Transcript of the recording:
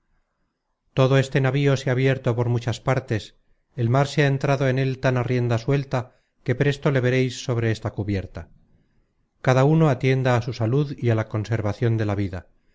todo este navío se ha abierto por muchas partes el mar se ha entrado en él tan á rienda suelta que presto le veréis sobre esta cubierta cada uno atienda á su salud y á la conservacion de la vida